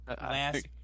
last